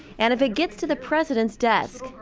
and if it gets to the president's desk,